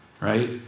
Right